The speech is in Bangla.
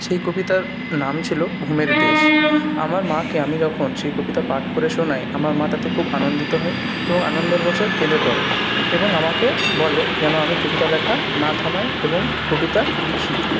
সেই কবিতার নাম ছিলো ঘুমের দেশ আমার মাকে আমি যখন সেই কবিতা পাঠ করে শোনাই আমার মা তাতে খুব আনন্দিত হয় এবং আনন্দের বশে কেঁদে পড়ে এবং আমাকে বলে যেন আমি কবিতা লেখা না থামাই এবং কবিতা লিখি